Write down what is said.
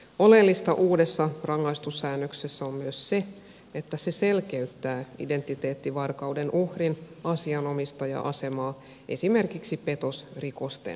oleellista uudessa rangaistussäännöksessä on myös se että se selkeyttää identiteettivarkauden uhrin asianomistaja asemaa esimerkiksi petosrikosten yhteydessä